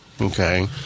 okay